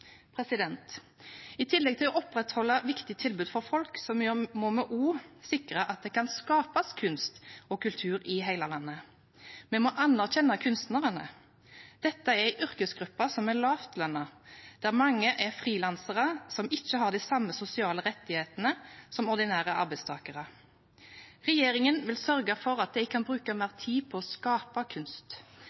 I tillegg til å opprettholde viktige tilbud for folk må vi også sikre at det kan skapes kunst og kultur i hele landet. Vi må anerkjenne kunstnerne. Dette er en yrkesgruppe som er lavtlønnet, der mange er frilansere som ikke har de samme sosiale rettighetene som ordinære arbeidstakere. Regjeringen vil sørge for at de kan bruke mer tid på å skape kunst.